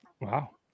Wow